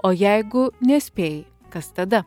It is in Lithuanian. o jeigu nespėjai kas tada